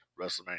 WrestleMania